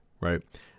right